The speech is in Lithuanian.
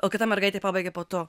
o kita mergaitė pabaigė po to